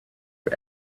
for